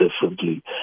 differently